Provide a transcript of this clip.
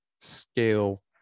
scale